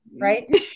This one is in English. Right